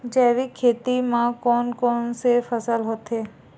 जैविक खेती म कोन कोन से फसल होथे?